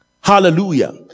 Hallelujah